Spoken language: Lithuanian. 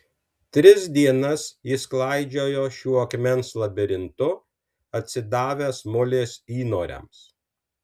tris dienas jis klaidžiojo šiuo akmens labirintu atsidavęs mulės įnoriams